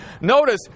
notice